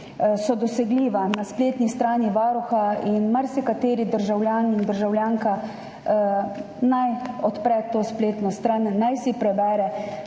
so dosegljiva na spletni strani Varuha. Marsikateri državljan in državljanka naj odpre to spletno stran, naj si prebere,